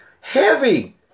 heavy